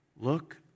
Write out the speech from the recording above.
Look